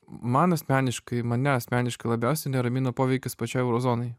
man asmeniškai mane asmeniškai labiausiai neramino poveikis pačiai euro zonai